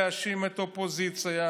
עסוקים בהבטחות סרק.